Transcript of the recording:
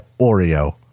Oreo